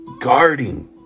guarding